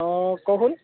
অঁ ক'চোন